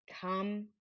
Come